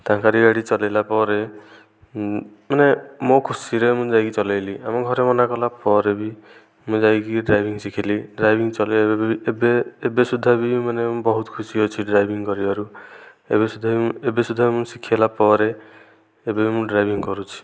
ତାଙ୍କରି ଗାଡ଼ି ଚଲେଇଲା ପରେ ମାନେ ମୋ ଖୁସିରେ ମୁଁ ଯାଇକି ଚଲେଇଲି ଆମ ଘରେ ମନା କଲା ପରେ ବି ମୁଁ ଯାଇକି ଡ୍ରାଇଭିଂ ଶିଖିଲି ଡ୍ରାଇଭିଂ ଚଲେଇଲା ଏବେ ଏବେ ସୁଦ୍ଧା ବି ମାନେ ମୁଁ ବହୁତ ଖୁସି ଅଛି ଡ୍ରାଇଭିଂ କରିବାରୁ ଏବେ ସୁଦ୍ଧା ମୁଁ ଏବେ ସୁଦ୍ଧା ବି ମୁଁ ଶିଖିଗଲା ପରେ ଏବେ ମୁଁ ଡ୍ରାଇଭିଂ କରୁଛି